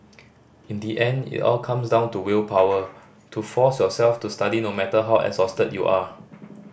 in the end it all comes down to willpower to force yourself to study no matter how exhausted you are